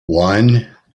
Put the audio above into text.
one